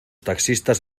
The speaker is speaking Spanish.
taxistas